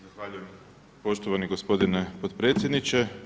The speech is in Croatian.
Zahvaljujem poštovani gospodine potpredsjedniče.